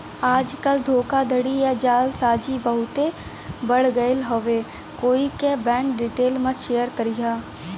आजकल धोखाधड़ी या जालसाजी बहुते बढ़ गयल हउवे कोई क बैंक डिटेल मत शेयर करिहा